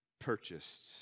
purchased